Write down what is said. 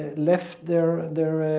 ah left their their